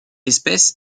espèce